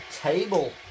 table